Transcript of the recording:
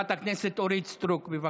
חברת הכנסת אורית סטרוק, בבקשה.